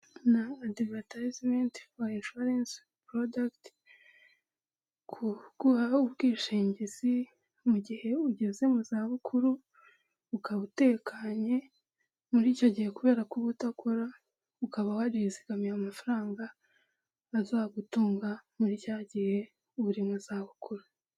Na adivatayizimeti foru ishuwaresi purodakiti, kuguha ubwishingizi mu gihe ugeze mu za bukuru ukaba utekanye muri icyo gihe kubera ko uba udakora ukaba warizigamiye amafaranga bazagutunga muri cya gihe uba uri mu zabukuru.